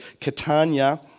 Catania